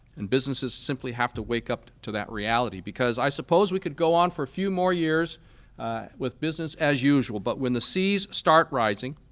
and businesses simply have to wake up to that reality. because i suppose we could go on for a few more years with business as usual. but when the seas start rising,